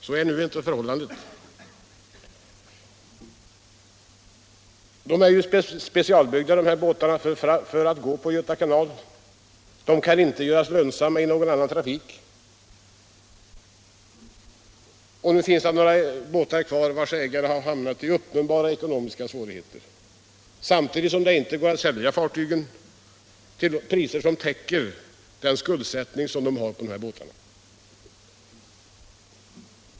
Så är nu inte förhållandet. Dessa båtar är specialbyggda för att gå på Göta kanal. De kan inte göras lönsamma i någon annan trafik. Det finns nu några båtar kvar, vars ägare har hamnat i uppenbara ekonomiska svårigheter. Det går inte att sälja fartygen till priser som täcker den skuldsättning som ägarna dragit på sig för båtarna.